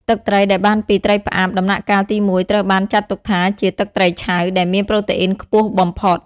ទឹកត្រីដែលបានពី ត្រីផ្អាប់ ដំណាក់កាលទីមួយត្រូវបានចាត់ទុកថាជា ទឹកត្រីឆៅ ដែលមានប្រូតេអ៊ីនខ្ពស់បំផុត។